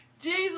Jesus